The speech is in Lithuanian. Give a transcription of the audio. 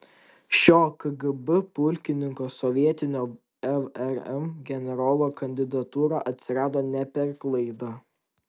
šio kgb pulkininko sovietinio vrm generolo kandidatūra atsirado ne per klaidą